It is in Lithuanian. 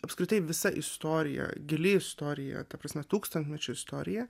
apskritai visa istorija gili istorija ta prasme tūkstantmečių istorija